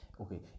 okay